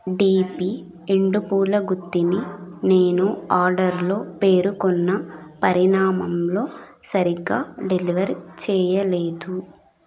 DP ఎండుపూలగుత్తిని నేను ఆర్డర్లో పేరుకొన్న పరిణామంలో సరిగ్గా డెలివర్ చెయ్యలేదు